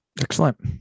Excellent